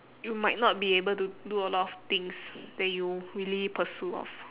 you might not be able to do a lot of things that you really pursue of